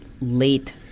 late